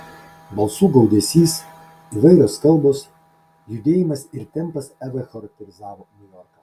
balsų gaudesys įvairios kalbos judėjimas ir tempas evai charakterizavo niujorką